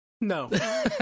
No